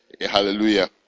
Hallelujah